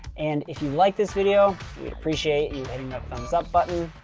and if you like this video, we'd appreciate you hitting that thumbs-up button.